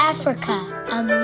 Africa